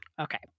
okay